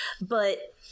but-